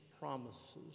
promises